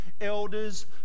elders